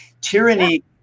tyranny